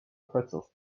pretzels